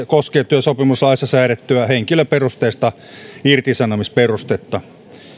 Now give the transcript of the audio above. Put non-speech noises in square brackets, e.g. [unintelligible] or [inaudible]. [unintelligible] koskee työsopimuslaissa säädettyä henkilöperusteista irtisanomisperustetta